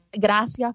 Gracias